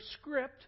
script